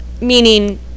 meaning